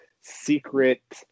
secret